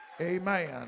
Amen